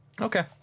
Okay